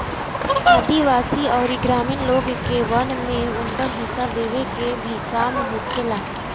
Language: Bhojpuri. आदिवासी अउरी ग्रामीण लोग के वन में उनकर हिस्सा देवे के भी काम होखेला